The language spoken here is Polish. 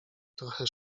trochę